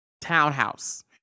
townhouse